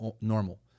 normal